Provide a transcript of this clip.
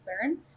concern